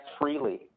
freely